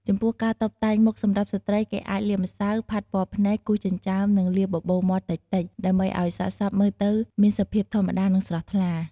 ចំពោះការតុបតែងមុខសម្រាប់ស្ត្រីគេអាចលាបម្សៅ ផាត់ពណ៌ភ្នែក គូសចិញ្ចើម និងលាបបបូរមាត់តិចៗ ដើម្បីឱ្យសាកសពមើលទៅមានសភាពធម្មតា និងស្រស់ថ្លា។